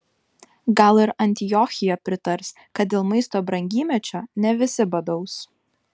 gal ir antiochija pritars kad dėl maisto brangymečio ne visi badaus